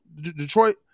Detroit